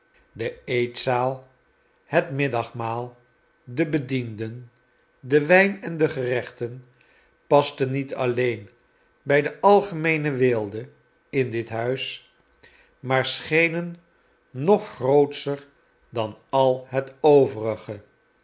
de eetzaal het middagmaal de bedienden de wijn en de gerechten pasten niet alleen bij de algemeene weelde in dit huis maar schenen nog grootscher dan al het overige